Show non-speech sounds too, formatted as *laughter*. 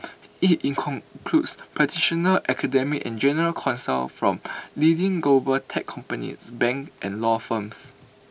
IT *unintelligible* practitioners academics and general counsel from leading global tech companies bank and law firms